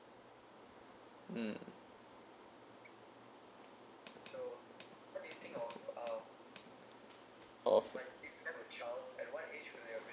mm of